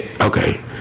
Okay